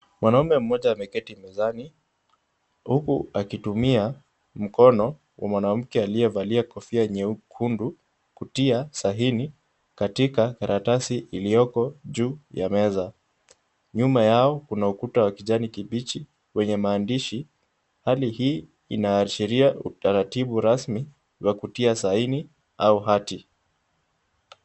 Mwanaume mmoja ameketi mezani huku akitumia mkono wa mwanamke aliyevalia kofia nyekundu, kutia saini katika karatasi iliyoko juu ya meza. Nyuma yao kuna ukuta wa kijani kibichi wenye maandishi. Hali hii inaashiria utaratibu rasmi wa kutia saini au hati.